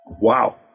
Wow